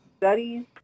studies